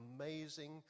amazing